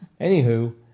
anywho